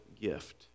gift